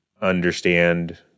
understand